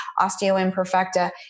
osteoimperfecta